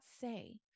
say